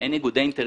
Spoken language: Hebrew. אין ניגודי אינטרסים.